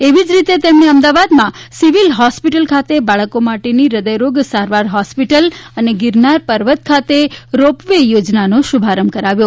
એવી જ રીતે તેમણે અમદાવાદમાં સીવીલ હોસ્પિટલ ખાતે બાળકો માટેની હૃદયરોગ સારવાર હોસ્પિટલ અને ગીરનાર પર્વત ખાતે રો પવે યોજનાનો શુભારંભ કરાવ્યો